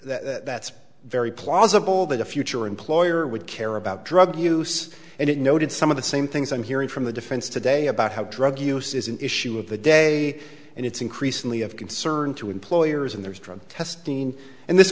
that that's that's very plausible that a future employer would care about drug use and it noted some of the same things i'm hearing from the defense today about how drug use is an issue of the day and it's increasingly of concern to employers and there's drug testing and this